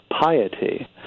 piety